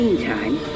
Meantime